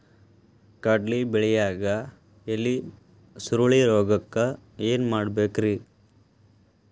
ಕಡ್ಲಿ ಬೆಳಿಯಾಗ ಎಲಿ ಸುರುಳಿರೋಗಕ್ಕ ಏನ್ ಮಾಡಬೇಕ್ರಿ?